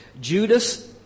Judas